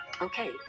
okay